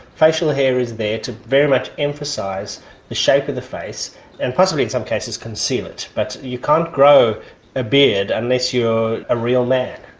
facial hair is there to very much emphasise the shape of the face and possibly in some cases conceal it, but you can't grow a beard unless you are a real man.